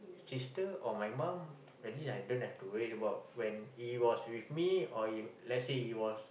sister or my mum at least I don't have to worry about when he was with me or if let's say he was